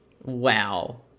Wow